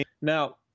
Now